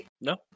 No